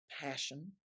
passion